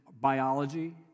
biology